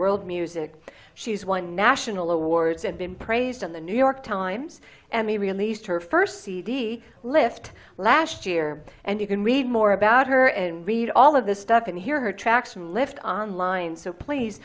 world music she's won national awards and been praised in the new york times and he released her first cd lift last year and you can read more about her and read all of the stuff and hear her tracks and lift on line so please